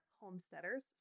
homesteaders